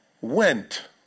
went